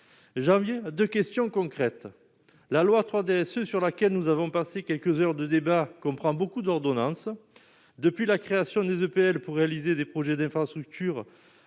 janvier 2 questions concrètes : la loi 3 déçu sur laquelle nous avons passé quelques heures de débat qu'on prend beaucoup d'ordonnance depuis la création des EPR pour réaliser des projets d'infrastructures,